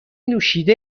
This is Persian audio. نوشیده